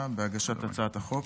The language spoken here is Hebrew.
הצעת חוק